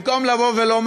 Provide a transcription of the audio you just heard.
במקום לומר: